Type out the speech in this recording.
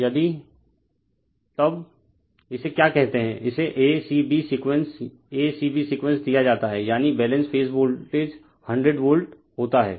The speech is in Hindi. रिफर स्लाइड टाइम 1345 तो यदि तब इसे क्या कहते हैं इसे a c b sequence a c b sequence दिया जाता है यानी बैलेंस फेज वोल्टेज 100 वोल्ट होता है